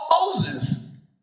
Moses